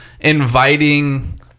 inviting